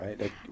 right